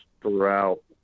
throughout